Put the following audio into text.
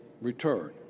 return